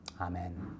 Amen